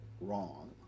wrong